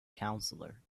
counselor